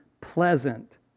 pleasant